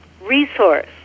resource